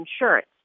insurance